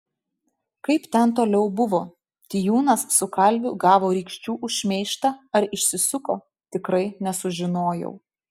kaip ten toliau buvo tijūnas su kalviu gavo rykščių už šmeižtą ar išsisuko tikrai nesužinojau